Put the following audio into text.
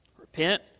Repent